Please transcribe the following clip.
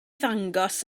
ddangos